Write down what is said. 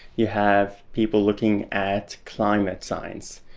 you have people looking at climate science,